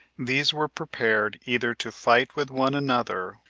these were prepared either to fight with one another,